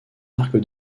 marque